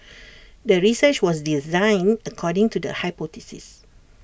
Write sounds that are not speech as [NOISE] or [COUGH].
[NOISE] the research was designed according to the hypothesis